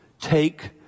Take